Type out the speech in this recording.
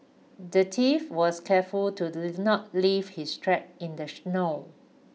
the thief was careful to not leave his tracks in the snow